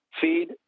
feed